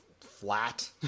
flat